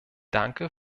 danke